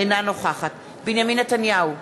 אינה נוכחת בנימין נתניהו,